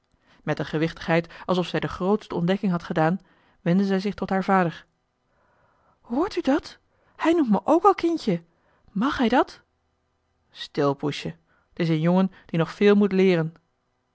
met een gewichtigheid alsof zij de grootste ontdekking had gedaan wendde zij zich tot haar vader hoort u dat hij noemt me ook al kindje mag hij dat stil poesje t is een jongen die nog veel moet leeren